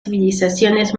civilizaciones